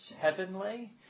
heavenly